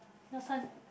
your turn